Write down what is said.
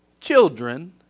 children